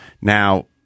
Now